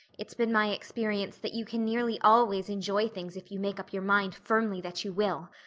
it's been my experience that you can nearly always enjoy things if you make up your mind firmly that you will.